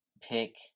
pick